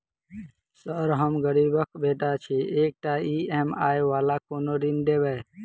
Sir हम गरीबक बेटा छी एकटा ई.एम.आई वला कोनो ऋण देबै?